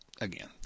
again